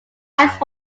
ice